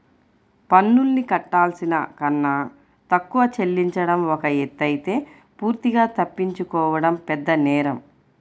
పన్నుల్ని కట్టాల్సిన కన్నా తక్కువ చెల్లించడం ఒక ఎత్తయితే పూర్తిగా తప్పించుకోవడం పెద్దనేరం